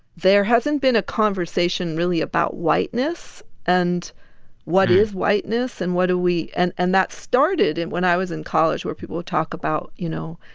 there hasn't been a conversation really about whiteness and what is whiteness and what do we and and that started and when i was in college where people would talk about, you know,